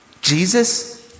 Jesus